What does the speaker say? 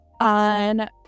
on